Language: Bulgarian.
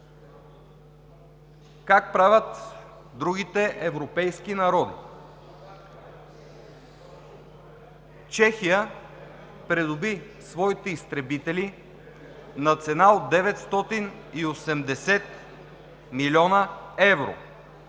Как правят другите европейски народи? Чехия придоби своите изтребители на цена от 980 млн. евро